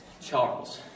Charles